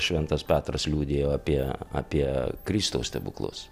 šventas petras liudijo apie apie kristaus stebuklus